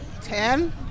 ten